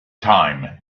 time